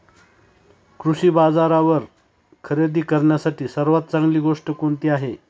कृषी बाजारावर खरेदी करण्यासाठी सर्वात चांगली गोष्ट कोणती आहे?